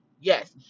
Yes